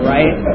Right